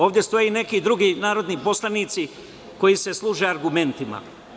Ovde stoje neki drugi narodni poslanici koji se služe argumentima.